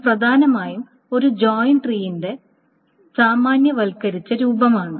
അത് പ്രധാനമായും ഒരു ജോയിൻ ട്രീന്റെ സാമാന്യവൽക്കരിച്ച രൂപമാണ്